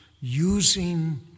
using